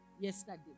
Yesterday